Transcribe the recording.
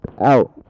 out